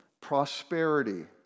Prosperity